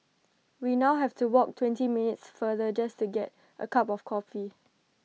we now have to walk twenty minutes farther just to get A cup of coffee